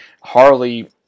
Harley